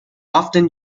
often